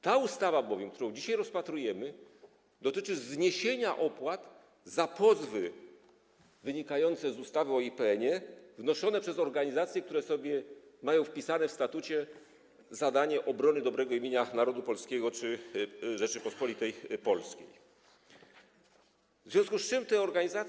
Ta ustawa, którą dzisiaj rozpatrujemy, dotyczy zniesienia opłat za pozwy wynikające z ustawy o IPN-ie wnoszone przez organizacje, które mają wpisane w statucie zadanie obrony dobrego imienia narodu polskiego czy Rzeczypospolitej Polskiej, w związku z czym te organizacje.